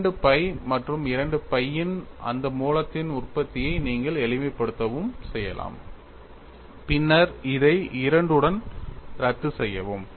2 pi மற்றும் 2 pi இன் இந்த மூலத்தின் உற்பத்தியை நீங்கள் எளிமைப்படுத்தவும் செய்யலாம் பின்னர் இதை 2 உடன் ரத்து செய்யவும்